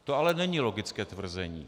To ale není logické tvrzení.